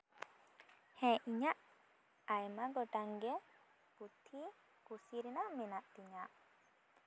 ᱦᱮᱸ ᱤᱧᱟᱹᱜ ᱟᱭᱢᱟ ᱜᱚᱴᱟᱝ ᱜᱮ ᱯᱩᱛᱷᱤ ᱠᱩᱥᱤ ᱨᱮᱱᱟᱜ ᱢᱮᱱᱟᱜ ᱛᱤᱧᱟᱹ